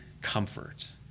comfort